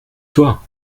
toi